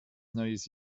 neues